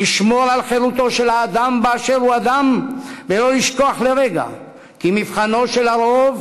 לשמור על חירותו של האדם באשר הוא אדם ולא לשכוח לרגע כי מבחנו של הרוב,